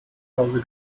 hause